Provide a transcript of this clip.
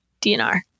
DNR